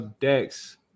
Dex